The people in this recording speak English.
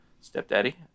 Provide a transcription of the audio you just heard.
stepdaddy